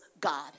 God